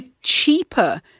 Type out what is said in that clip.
cheaper